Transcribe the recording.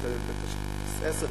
עשר,